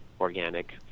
organic